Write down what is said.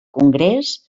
congrés